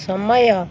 ସମୟ